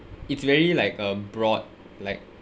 it's very like a broad like